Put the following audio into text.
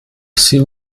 sie